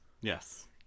Yes